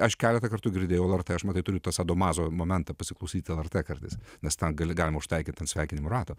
aš keletą kartų girdėjau lrt aš matai turiu tą sadomazo momentą pasiklausyt lrt kartais nes tą gali galima ištaikyti sveikinimų rato